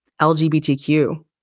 LGBTQ